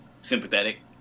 sympathetic